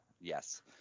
Yes